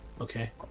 okay